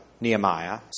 Nehemiah